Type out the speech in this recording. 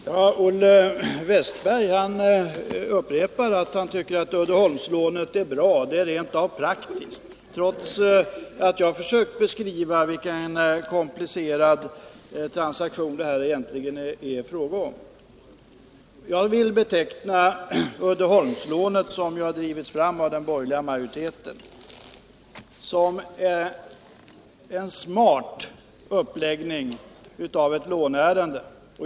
Herr talman! Olle Wästberg i Stockholm upprepar att han tycker att Uddeholmslånet är bra — det är rent av praktiskt, anser han, trots att jag har försökt beskriva vilken komplicerad transaktion det här egentligen är fråga om. Jag vill beteckna Uddeholmslånet, som har drivits fram av den borgerliga majoriteten, som en smart uppläggning av ett låneärende.